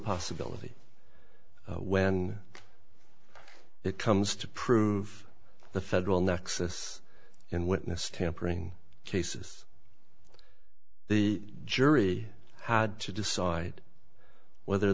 possibility when it comes to prove the federal nexus in witness tampering cases the jury had to decide whether